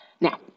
Now